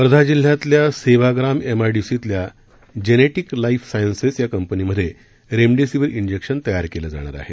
वर्धा जिल्ह्यातल्या सेवाग्राम एमआयडीसीतील genetic life sciences या कंपनीमधे रेमडेसिविर इंजेक्शन तयार केले जाणार आहे